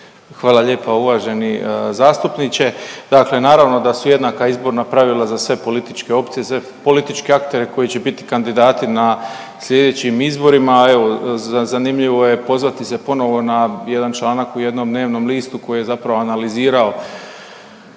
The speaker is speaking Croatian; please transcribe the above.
Hvala lijepo uvaženi zastupniče, dakle naravno da su jednaka izborna pravila za sve političke opcije i sve političke aktere koji će biti kandidati na slijedećim izborima, a evo zanimljivo je pozvati se ponovo na jedan članak u jednom dnevnom listu koji je zapravo analizirao